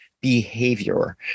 behavior